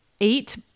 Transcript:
Eight